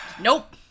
Nope